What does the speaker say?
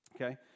Okay